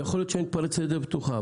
יכול להיות שאני מתפרץ לדלת פתוחה,